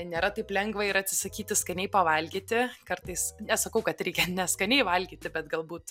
nėra taip lengva ir atsisakyti skaniai pavalgyti kartais nesakau kad reikia neskaniai valgyti bet galbūt